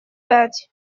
пять